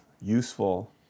useful